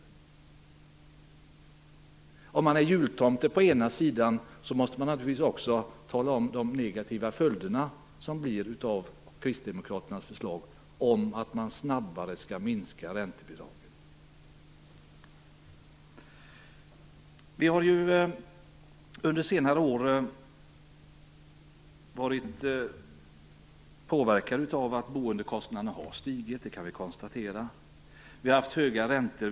Kristdemokraterna är jultomte för vissa, men man måste tala om vilka negativa effekter som blir följden av förslaget att minska räntebidragen snabbare. Vi har under senare år varit påverkade av att boendekostnaderna har stigit. Det kan vi konstatera. Vi har haft höga räntor.